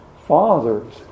Father's